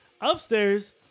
Upstairs